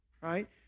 right